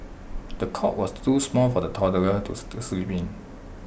the cot was too small for the toddler to to sleep in